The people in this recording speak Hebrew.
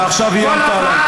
אתה עכשיו איימת עליו.